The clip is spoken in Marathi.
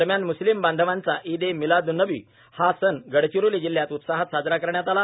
दरम्यान मृस्लिम बांधवांचा ईद ए मिलादन्नबी हा सण गडचिरोली जिल्ह्यात उत्साहात साजरा करण्यात आला